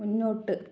മുന്നോട്ട്